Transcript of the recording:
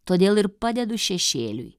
todėl ir padedu šešėliui